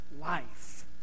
life